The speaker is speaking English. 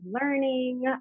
learning